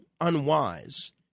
unwise